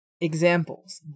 examples